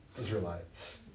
Israelites